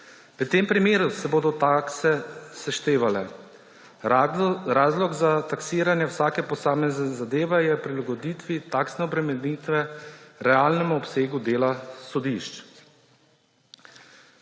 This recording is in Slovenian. V tem primeru se bodo takse seštevale. Razlog za taksiranje vsake posamezne zadeve je v prilagoditvi taksne obremenitve realnemu obsegu dela sodišč.